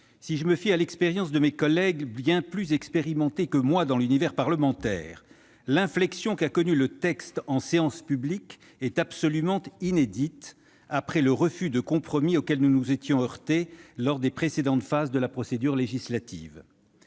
si je me fie à mes collègues bien plus expérimentés que moi dans l'univers parlementaire, l'inflexion qu'a connue le texte en séance publique est absolument inédite, après le refus de compromis auquel nous nous étions heurtés lors des précédentes phases de la procédure législative.